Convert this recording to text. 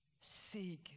seek